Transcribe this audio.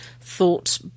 thought